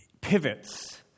pivots